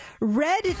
Red